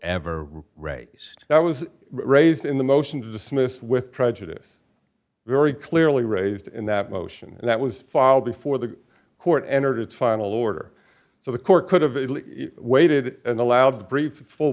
ever race i was raised in the motion to dismiss with prejudice very clearly raised in that motion that was filed before the court entered its final order so the court could have waited and allowed the brief full